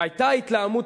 והיתה התלהמות,